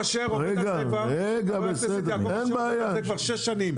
חבר הכנסת יעקב אשר עובד על זה כבר שש שנים.